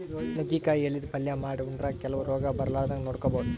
ನುಗ್ಗಿಕಾಯಿ ಎಲಿದ್ ಪಲ್ಯ ಮಾಡ್ ಉಂಡ್ರ ಕೆಲವ್ ರೋಗ್ ಬರಲಾರದಂಗ್ ನೋಡ್ಕೊಬಹುದ್